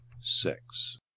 six